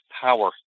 power